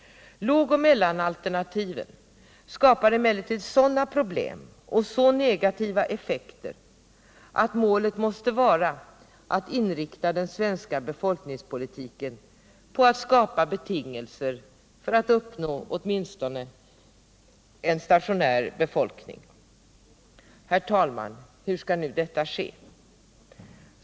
Lågoch mellanalternativen skapar emellertid sådana problem och så negativa effekter att målet måste vara att inrikta den svenska befolkningspolitiken på att skapa betingelser för att uppnå åtminstone en stationär befolkning. Herr talman! Hur skall nu detta ske?